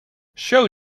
show